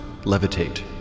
Levitate